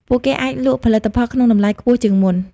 ពួកគេអាចលក់ផលិតផលក្នុងតម្លៃខ្ពស់ជាងមុន។